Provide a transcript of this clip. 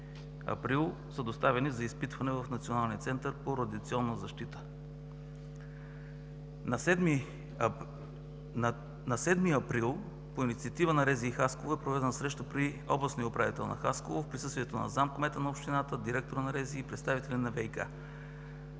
април са доставени за изпитване в Националния център по радиационна защита. На 7 април по инициатива на РЗИ - Хасково е проведена среща при областния управител на Хасково в присъствието на заместник-кмета на общината, директора на РЗИ и представителя на ВИК.